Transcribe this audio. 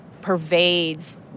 pervades